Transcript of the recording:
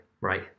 right